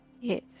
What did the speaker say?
Yes